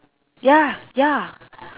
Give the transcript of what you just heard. ya ya